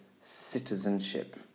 citizenship